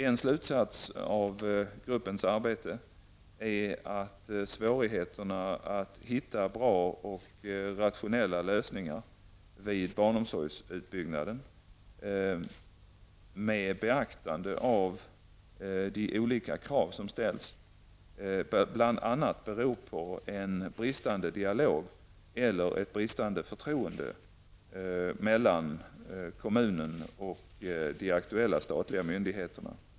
En slutsats av gruppens arbete är att svårigheterna att hitta bra och rationella lösningar vid barnomsorgsutbyggnaden, med beaktande av de olika krav som ställs, bl.a. beror på en bristande dialog eller ett bristande förtroende mellan kommunen och de aktuella statliga myndigheterna.